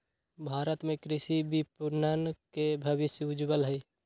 भारत में कृषि विपणन के भविष्य उज्ज्वल हई